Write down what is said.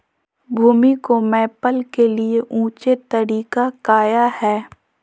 भूमि को मैपल के लिए ऊंचे तरीका काया है?